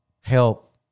help